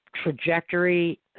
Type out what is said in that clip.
Trajectory